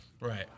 Right